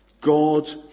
God